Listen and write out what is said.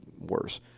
worse